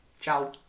Ciao